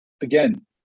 again